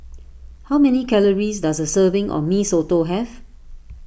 how many calories does a serving of Mee Soto have